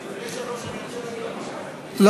אדוני היושב-ראש, אני רוצה להגיד משפט.